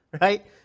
right